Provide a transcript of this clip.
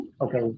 okay